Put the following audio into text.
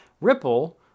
Ripple